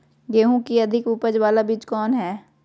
गेंहू की अधिक उपज बाला बीज कौन हैं?